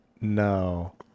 No